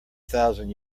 thousand